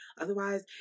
Otherwise